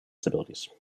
disabilities